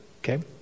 Okay